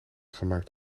gemaakt